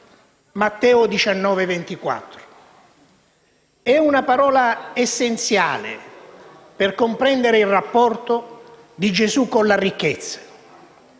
XVII)*. È una parola essenziale per comprendere il rapporto di Gesù con la ricchezza.